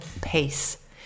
pace